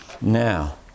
Now